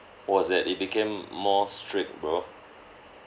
was that it became more strict bro